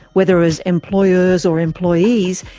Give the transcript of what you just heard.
whether as employers or employees,